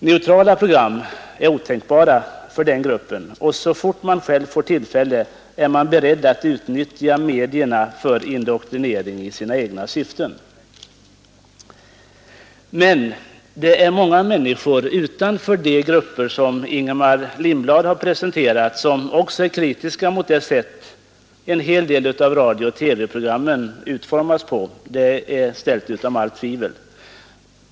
Neutrala program är otänkbara för denna grupp, och så fort man själv får tillfälle är man beredd att utnyttja medierna för indoktrinering i sina egna syften. Men att det också är många människor utanför de grupper som Ingemar Lindblad presenterar som är kritiska mot det sätt på vilket många av radiooch TV-programmen utformas är ställt utom allt tvivel.